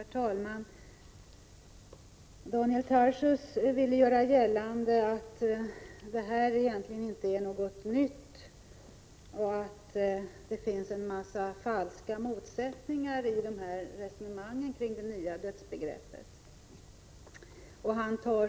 Herr talman! Daniel Tarschys vill göra gällande att detta egentligen inte är något nytt och att det finns falska motsättningar i resonemanget kring det nya dödsbegreppet.